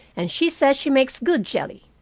and she says she makes good jelly.